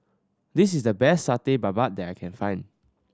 this is the best Satay Babat that I can find